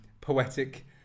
poetic